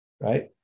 Right